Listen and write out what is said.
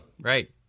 right